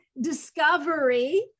discovery